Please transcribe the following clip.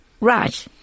Right